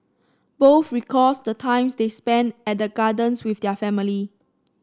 both recalls the times they spent at the gardens with their family